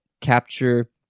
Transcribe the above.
capture